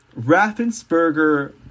Raffensperger